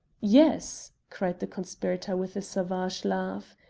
yes, cried the conspirator with a savage laugh.